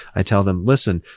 i tell them, listen.